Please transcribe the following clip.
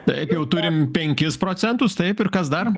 taip jau turim penkis procentus taip ir kas dar